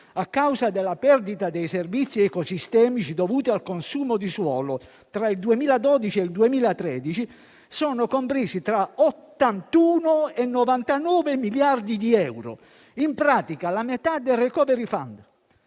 a causa della perdita dei servizi ecosistemici dovuti al consumo di suolo tra il 2012 e il 2013 sono compresi tra 81 e 99 miliardi di euro, in pratica la metà del *recovery fund*.